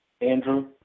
Andrew